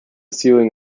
ceiling